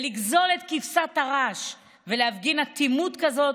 לגזול את כבשת הרש ולהפגין אטימות כזאת